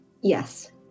Yes